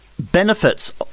benefits